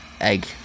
egg